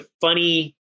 funny